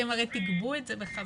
אתם תגבו את זה בחזרה.